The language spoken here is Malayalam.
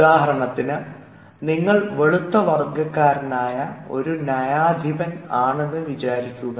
ഉദാഹരണത്തിന് നിങ്ങൾ വെളുത്ത വർഗക്കാരനായ ഒരു ന്യായാധിപൻ ആണെന്ന് വിചാരിക്കുക